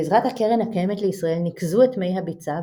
בעזרת הקרן הקיימת לישראל ניקזו את מי הביצה,